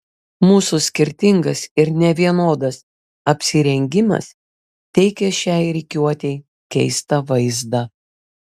mūsų skirtingas ir nevienodas apsirengimas teikė šiai rikiuotei keistą vaizdą